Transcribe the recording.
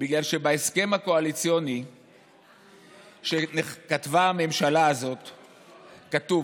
בגלל שבהסכם הקואליציוני שכתבה הממשלה הזאת כתוב,